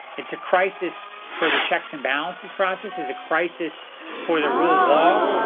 it's a crisis for the checks and balances process, it's a crisis for the rule of law,